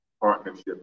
partnership